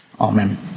amen